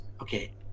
okay